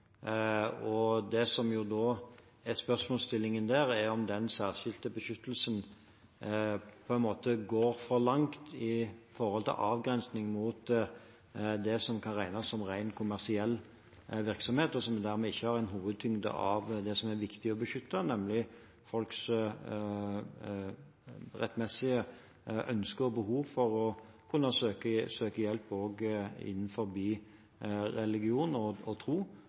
Det som da er spørsmålsstillingen der, er om den særskilte beskyttelsen går for langt i forhold til avgrensning mot det som kan regnes som ren kommersiell virksomhet, og som dermed ikke har hovedtyngden på det som er viktig å beskytte, nemlig folks rettmessige ønske om og behov for å kunne søke hjelp også innenfor religion og tro,